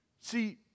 See